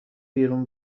بیرون